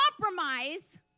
compromise